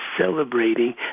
celebrating